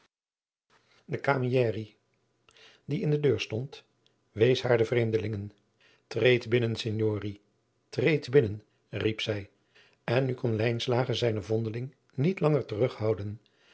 die in de deur stond wees haar de vreemdelingen treedt binnen signori treedt binnen riep zij en nu kon lijnslager zijnen vondeling niet langer terughouden